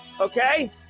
Okay